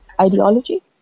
ideology